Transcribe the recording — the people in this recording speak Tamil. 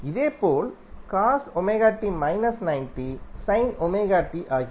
இதேபோல் ஆகிவிடும்